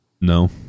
No